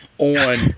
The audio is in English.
on